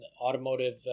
automotive